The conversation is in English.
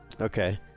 Okay